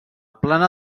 plana